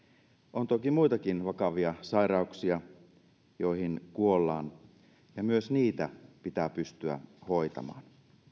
on toki muitakin vakavia sairauksia joihin kuollaan ja myös niitä pitää pystyä hoitamaan